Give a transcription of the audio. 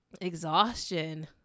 exhaustion